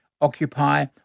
occupy